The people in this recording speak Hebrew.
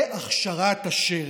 בדפים הכחולים, זה הכשרת השרץ.